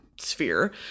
sphere